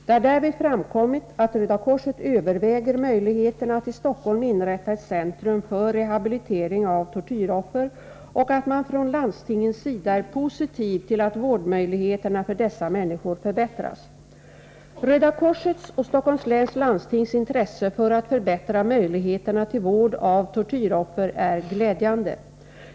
Det har därvid framkommit att Röda korset överväger möjligheterna att i Stockholm inrätta ett centrum för rehabilitering av tortyroffer och att man från landstingets sida är positiv till att vårdmöjligheterna för dessa människor förbättras. Röda korsets och Stockholms läns landstings intresse för att förbättra möjligheterna till vård av tortyroffer är glädjande.